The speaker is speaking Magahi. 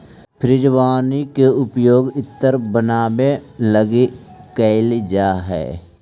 फ्रेंजीपानी के उपयोग इत्र बनावे लगी कैइल जा हई